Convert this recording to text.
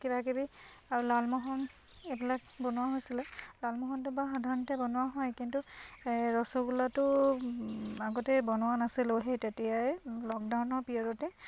কিবাকিবি আৰু লালমোহন এইবিলাক বনোৱা হৈছিলে লালমোহনটো বাৰু সাধাৰণতে বনোৱা হয় কিন্তু এই ৰসগোল্লাটো আগতে বনোৱা নাছিলোঁ সেই তেতিয়াই লকডাউনৰ পিৰিয়ডতে